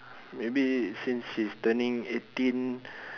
maybe since she's turning eighteen